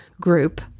group